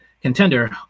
contender